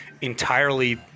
entirely